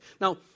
Now